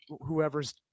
whoever's